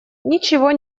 ничего